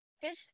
fish